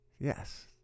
Yes